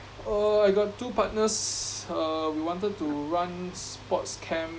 uh I got two partners uh we wanted to run sports camp